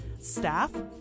staff